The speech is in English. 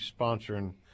sponsoring